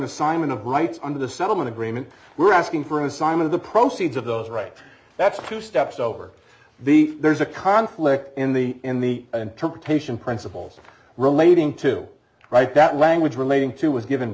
assignment of rights under the settlement agreement we're asking for a sign of the proceeds of those right that's two steps over the there's a conflict in the in the interpretation principles relating to right that language relating to was given